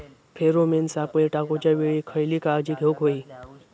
Pheromone सापळे टाकूच्या वेळी खयली काळजी घेवूक व्हयी?